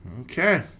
Okay